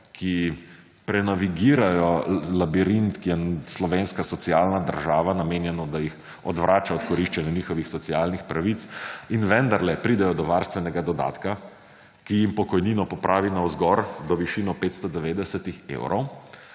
ki »prenavigirajo« labirint, / nerazumljivo/ slovenska socialna država namenjeno, da jih odvrača od koriščenja njihovih socialnih pravic in vendarle pridejo do varstvenega dodatka, ki jim pokojnino popravi navzgor, v višino 590 evrov,